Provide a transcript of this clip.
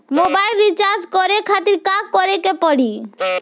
Mobile recharge करे खातिर का करे के पड़ी?